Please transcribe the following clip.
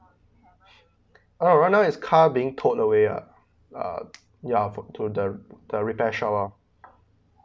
uh right now is car being towed away uh ya for to the the repair shop lor